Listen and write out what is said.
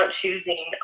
choosing